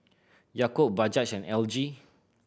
Yakult Bajaj and L G